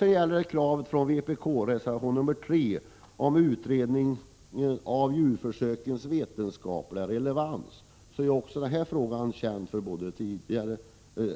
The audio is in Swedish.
Även vpk:s krav i reservation nr 3, om utredning av djurförsökens vetenskapliga relevans, är en sedan tidigare känd fråga för både